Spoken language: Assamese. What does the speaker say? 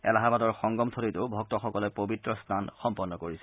এলাহাবাদৰ সংগমথলীতো ভক্তসকলে পৱিত্ৰ স্নান সম্পন্ন কৰিছে